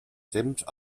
temps